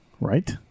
right